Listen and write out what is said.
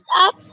up